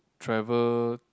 travel